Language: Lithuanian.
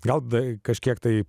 gal tai kažkiek tai